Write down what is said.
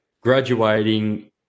graduating